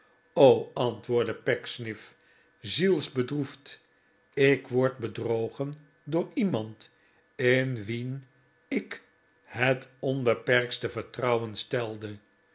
antwoordde pecksniff zielsbedroefd ik word bedrogen door iemand in wien ik het onbeperktste vertrouwen stelde